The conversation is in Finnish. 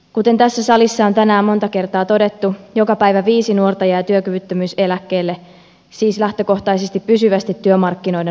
kuten tässä salissa on tänään monta kertaa todettu joka päivä viisi nuorta jää työkyvyttömyyseläkkeelle siis lähtökohtaisesti pysyvästi työmarkkinoiden ulkopuolelle